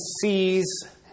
sees